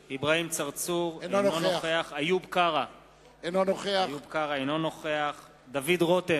צרצור, אינו נוכח איוב קרא, אינו נוכח דוד רותם,